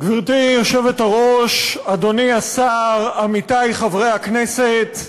גברתי היושבת-ראש, אדוני השר, עמיתי חברי הכנסת,